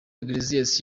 iglesias